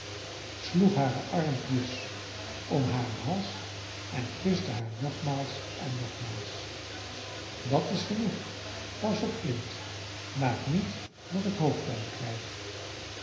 sloeg hare armpjes om haren hals en kuste haar nogmaals en nogmaals dat is genoeg pas op kind maak niet dat ik hoofdpijn krijg